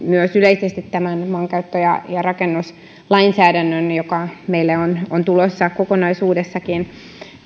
myös yleisesti maankäyttö ja ja rakennuslainsäädännön joka meille on on tulossa kokonaisuudessakin